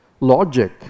logic